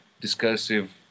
discursive